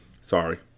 Sorry